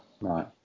Right